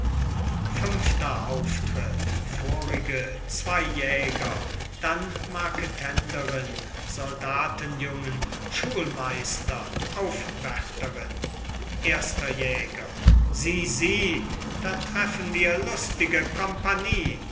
fünfter auftritt vorige zwei jäger dann marketenderin soldatenjungen schulmeister aufwärterin erster jäger sieh sieh da treffen wir lustige kompanie